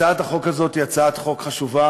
הצעת החוק הזאת היא הצעת חוק חשובה.